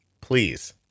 please